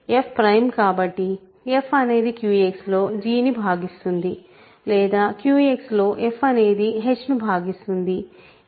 f prime కాబట్టి f అనేది QX లో g ను భాగిస్తుంది లేదా QX లో f అనేది h ను భాగిస్తుంది